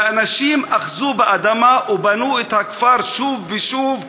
ואנשים אחזו באדמה ובנו את הכפר שוב ושוב,